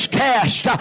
cast